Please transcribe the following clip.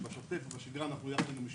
בשוטף ובשגרה אנחנו יחד עם המשטרה,